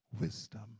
wisdom